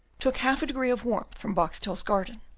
took half a degree of warmth from boxtel's garden,